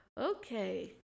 okay